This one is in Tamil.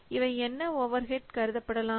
இவை என்ன ஓவர் ஹெட் கருதப்படலாம்